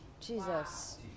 Jesus